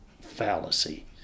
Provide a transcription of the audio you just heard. fallacy